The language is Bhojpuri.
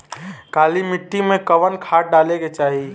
काली मिट्टी में कवन खाद डाले के चाही?